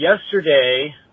Yesterday